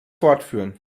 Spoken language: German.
fortführen